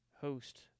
host